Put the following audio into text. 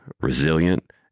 resilient